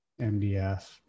MDF